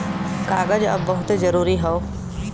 कागज अब बहुते जरुरी हौ